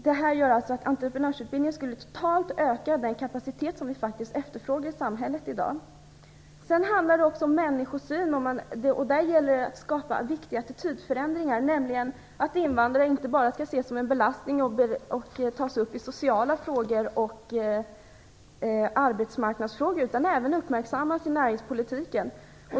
Det här gör att en entreprenörsutbildning skulle öka den kapacitet som vi faktiskt efterfrågar i samhället i dag. Sedan handlar det också om människosyn. Där gäller det att skapa viktiga attitydförändringar, nämligen att invandrare inte bara skall ses som en belastning och tas upp i sociala frågor och arbetsmarknadsfrågor utan även uppmärksammas i näringspolitiken.